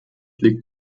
liegt